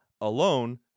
Alone